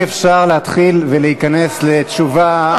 אם אפשר להתחיל ולהיכנס לתשובה פרטנית להצעת החוק.